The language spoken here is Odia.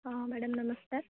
ହଁ ମ୍ୟାଡ଼ାମ୍ ନମସ୍କାର